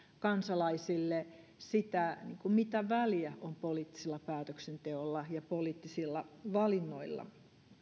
kansalaisille sitä mitä väliä on poliittisella päätöksenteolla ja poliittisilla valinnoilla